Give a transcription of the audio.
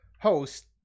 host